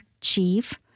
chief